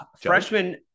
freshman